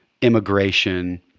immigration